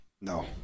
No